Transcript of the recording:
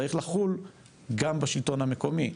צריך לחול גם בשלטון המקומי,